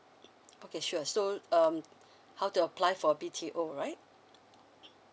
okay sure so um how to apply for a B_T_O right